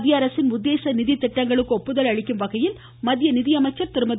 மத்திய அரசின் உத்தேச நிதி திட்டங்களுக்கு ஒப்புதல் அளிக்கும் வகையில் மத்திய நிதியமைச்சர் திருமதி